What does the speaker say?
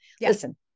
listen